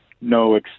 no